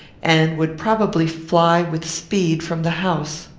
and would probably fly with speed from the house.